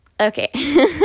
Okay